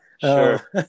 sure